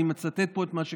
אני מצטט פה את מה שכתבתי: